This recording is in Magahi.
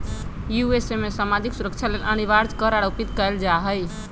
यू.एस.ए में सामाजिक सुरक्षा लेल अनिवार्ज कर आरोपित कएल जा हइ